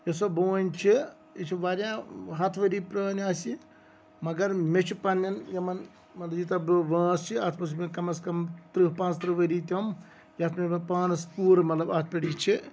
یُس سۄ بوٗنۍ چھِ یہِ چھِ واریاہ ہَتھ ؤری پرٛٲنۍ آسہِ یہِ مگر مےٚ چھُ پنٛنٮ۪ن یِمَن مطلب یوٗتاہ بہٕ وٲنٛس چھِ اَتھ منٛز چھِ مےٚ کَم از کَم تٕرٛہ پانٛژھ تٕرٛہ ؤری تِم یَتھ نہٕ مےٚ پانَس پوٗرٕ مطلب اَتھ پٮ۪ٹھ یہِ چھِ